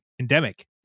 endemic